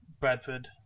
Bradford